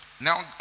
now